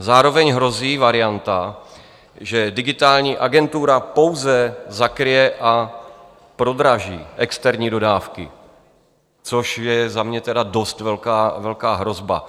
Zároveň hrozí varianta, že Digitální agentura pouze zakryje a prodraží externí dodávky, což je za mě tedy dost velká hrozba.